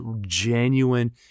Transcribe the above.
genuine